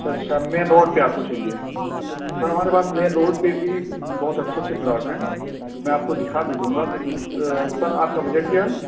اچھا اچھا main road پے آپ کو چاہیے سر ہمارے پاس مین روڈ پے بھی بہت اچھے اچھے پلاٹ ہیں میں آپ کو دکھا بھی دوں گا سر آپ کا بجٹ کیا ہے